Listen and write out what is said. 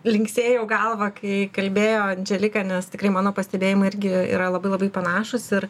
linksėjau galvą kai kalbėjo andželika nes tikrai mano pastebėjimai irgi yra labai labai panašūs ir